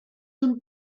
them